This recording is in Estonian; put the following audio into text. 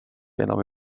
enam